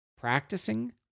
practicing